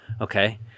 okay